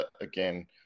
Again